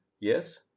Yes